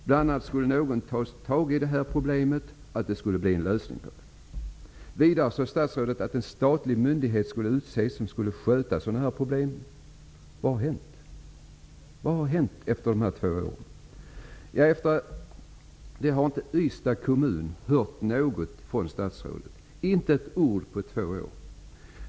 Bl.a. sade hon att någon skulle ta tag i problemet och att det skulle bli en lösning på det. Statsrådet sade vidare att man skulle utse en statlig myndighet som skulle ha till uppgift att sköta sådana här problem. Vad har hänt under de här två åren? Ystads kommun har inte hört ett ord från statsrådet på dessa två år.